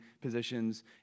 positions